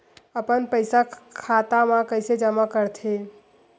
अपन पईसा खाता मा कइसे जमा कर थे?